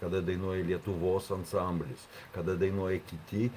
kada dainuoja lietuvos ansamblis kada dainuoja kiti